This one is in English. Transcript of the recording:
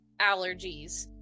allergies